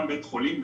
גם בית חולים,